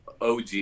OG